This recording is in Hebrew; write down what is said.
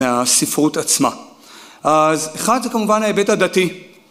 ‫מהספרות עצמה. ‫אז אחד זה כמובן ההיבט הדתי.